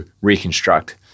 reconstruct